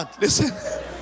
listen